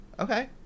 Okay